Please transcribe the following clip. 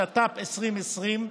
התש"ף 2020,